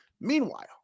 Meanwhile